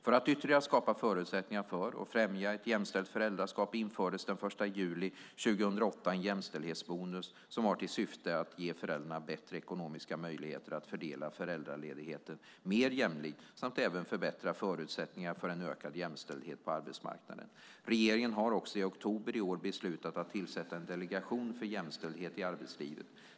För att ytterligare skapa förutsättningar för, och främja, ett jämställt föräldraskap infördes den 1 juli 2008 en jämställdhetsbonus som har till syfte att ge föräldrarna bättre ekonomiska möjligheter att fördela föräldraledigheten mer jämlikt samt att även förbättra förutsättningarna för en ökad jämställdhet på arbetsmarknaden. Regeringen har också i oktober i år beslutat att tillsätta en delegation för jämställdhet i arbetslivet.